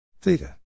theta